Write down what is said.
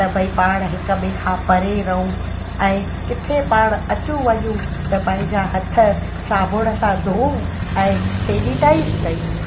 त भई पाण हिक ॿिए खां परे रहूं ऐं किथे पण अचूं वञूं त पंहिंजा हथ साबुण सां धोऊं ऐं सेनिटाइज़ कयूं